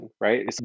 Right